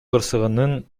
кырсыгынын